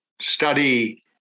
study